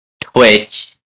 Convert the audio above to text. Twitch